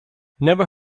never